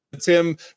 Tim